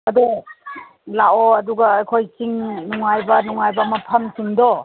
ꯑꯗꯣ ꯂꯥꯛꯑꯣ ꯑꯗꯨꯒ ꯑꯩꯈꯣꯏ ꯆꯤꯡ ꯅꯨꯡꯉꯥꯏꯕ ꯅꯨꯡꯉꯥꯏꯕ ꯃꯐꯝꯁꯤꯡꯗꯣ